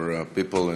our people,